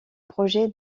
projet